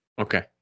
Okay